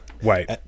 Wait